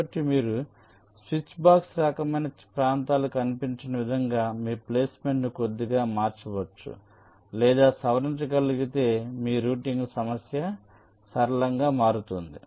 కాబట్టి మీరు స్విచ్బాక్స్ రకమైన ప్రాంతాలు కనిపించని విధంగా మీ ప్లేస్మెంట్ను కొద్దిగా మార్చవచ్చు లేదా సవరించగలిగితే మీ రౌటింగ్ సమస్య సరళంగా మారుతుంది